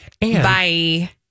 Bye